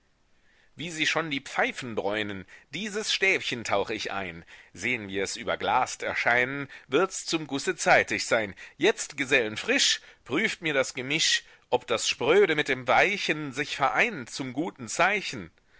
wie sich schon die pfeifen bräunen dieses stäbchen tauch ich ein sehn wir's überglast erscheinen wirds zum gusse zeitig sein jetzt gesellen frisch prüft mir das gemisch ob das spröde mit dem weichen sich vereint zum guten zeichen